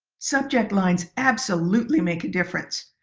subject lines absolutely make a difference.